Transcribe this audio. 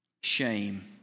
Shame